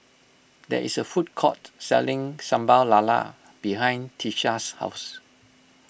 there is a food court selling Sambal Lala behind Tisha's house